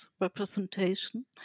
representation